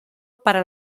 para